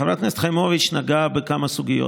חברת הכנסת חיימוביץ' נגעה בכמה סוגיות.